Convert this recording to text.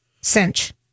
cinch